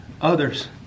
others